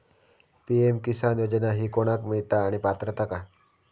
PM Kisan योजना ही कोणाक मिळता आणि पात्रता काय?